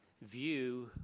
view